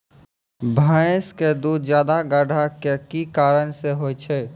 भैंस के दूध ज्यादा गाढ़ा के कि कारण से होय छै?